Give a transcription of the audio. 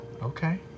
Okay